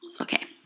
okay